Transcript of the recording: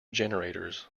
generators